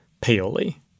Paoli